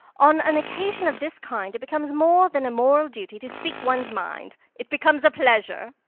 on an occasion of this kind it becomes more than a moral duty to speak one's mind. it becomes a pleasure.